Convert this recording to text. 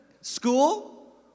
school